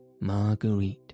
Marguerite